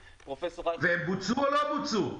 והן בוצעו או לא בוצעו?